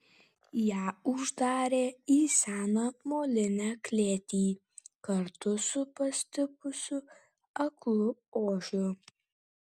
ją uždarė į seną molinę klėtį kartu su pastipusiu aklu ožiu